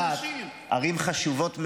ערים חשובות מאוד,